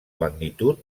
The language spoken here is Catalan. magnitud